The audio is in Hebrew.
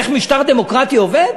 איך משטר דמוקרטי עובד?